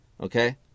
Okay